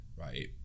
right